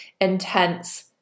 intense